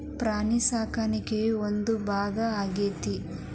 ಪ್ರಾಣಿ ಸಾಕಾಣಿಕೆಯ ಒಂದು ಭಾಗಾ ಆಗೆತಿ